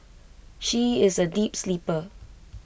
she is A deep sleeper